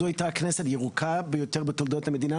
זו הייתה הכנסת הירוקה ביותר בתולדות המדינה